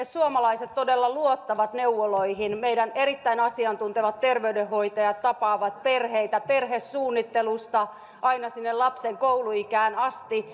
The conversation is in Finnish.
suomalaiset todella luottavat neuvoloihin meidän erittäin asiantuntevat terveydenhoitajamme tapaavat perheitä perhesuunnittelusta aina sinne lapsen kouluikään asti